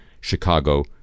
Chicago